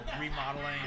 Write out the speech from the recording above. remodeling